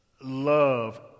love